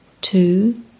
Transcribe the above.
Two